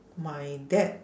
my dad